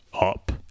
up